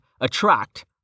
Attract